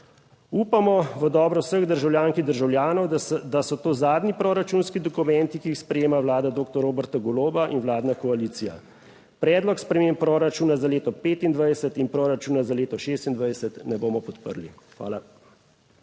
Upamo v dobro vseh državljank in državljanov, da so to zadnji proračunski dokumenti, ki jih sprejema Vlada doktor Roberta Goloba in vladna koalicija. Predlog sprememb proračuna za leto 2025 in proračuna za leto 2026 ne bomo podprli. Hvala.